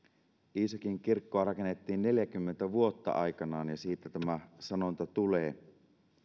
iisakinkirkkoa rakennettiin neljäkymmentä vuotta aikanaan ja siitä tämä sanonta tulee